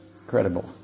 Incredible